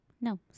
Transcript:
No